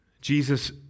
Jesus